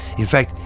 in fact,